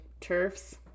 Turfs